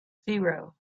zero